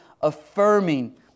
affirming